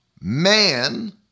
man